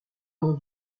mon